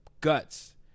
guts